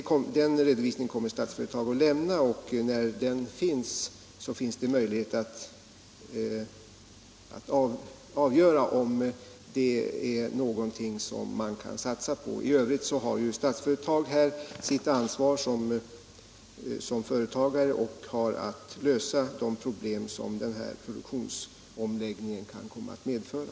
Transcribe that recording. Statsföretag kommer att lämna en sådan redovisning, och därefter blir det möjligt att avgöra om detta alternativ är något som man kan satsa på. Genom sitt ansvar som företagare har f.ö. Statsföretag att lösa de problem som den här produktionsomläggningen kan komma att medföra.